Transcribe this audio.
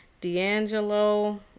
D'Angelo